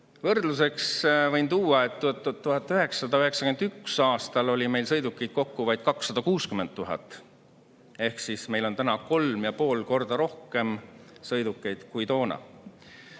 Võrdluseks võin tuua, et 1991. aastal oli meil sõidukeid kokku vaid 260 000. Ehk meil on nüüd 3,5 korda rohkem sõidukeid kui toona.